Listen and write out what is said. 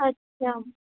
اچھا